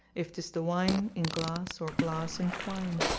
if tis the wine in glass or glass in twine.